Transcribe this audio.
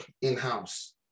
in-house